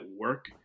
work